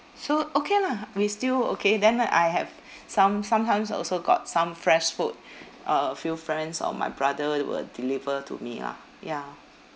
so okay lah we still okay then I have some~ sometimes also got some fresh food uh a few friends or my brother will deliver to me lah ya